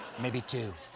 maybe two.